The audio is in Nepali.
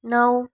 नौ